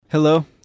Hello